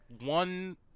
one